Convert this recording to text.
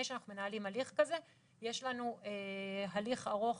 שאנחנו מנהלים הליך כזה יש לנו הליך ארוך